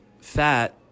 fat